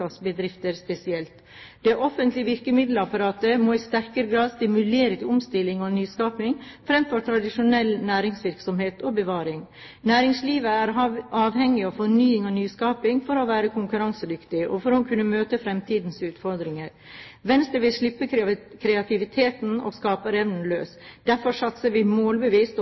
bedrifter generelt og utvikling av flere kunnskapsbedrifter spesielt. Det offentlige virkemiddelapparatet må i sterkere grad stimulere til omstilling og nyskaping fremfor tradisjonell næringsvirksomhet og bevaring. Næringslivet er avhengig av fornying og nyskaping for å være konkurransedyktig og for å kunne møte fremtidens utfordringer. Venstre vil slippe kreativiteten og skaperevnen løs. Derfor satser vi